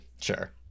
Sure